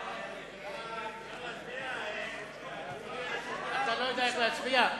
ההצעה להסיר מסדר-היום את הצעת חוק הסדרים במשק